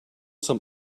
some